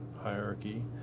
hierarchy